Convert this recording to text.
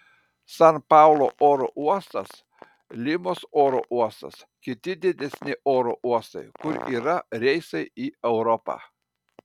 san paulo oro uostas limos oro uostas kiti didesni oro uostai kur yra reisai į europą